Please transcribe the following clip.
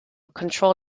control